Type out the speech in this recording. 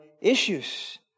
issues